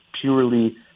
purely